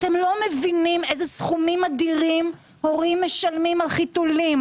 אתם לא מבינים איזה סכומים אדירים הורים משלמים על חיתולים,